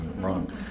wrong